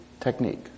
technique